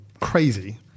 crazy